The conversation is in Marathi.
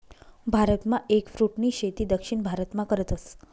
भारतमा एगफ्रूटनी शेती दक्षिण भारतमा करतस